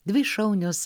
dvi šaunios